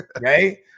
Right